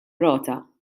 rota